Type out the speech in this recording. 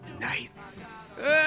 Nights